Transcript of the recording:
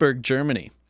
germany